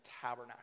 tabernacle